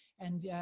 and yeah,